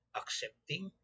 accepting